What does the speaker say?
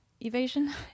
evasion